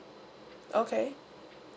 okay